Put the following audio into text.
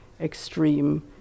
extreme